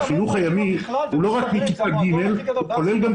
החינוך הימי הוא לא רק מכיתה ג' אלא הוא כולל גם